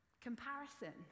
comparison